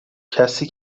کسی